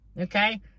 Okay